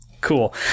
cool